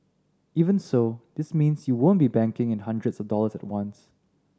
even so this means you won't be banking in hundreds of dollars at once